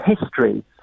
history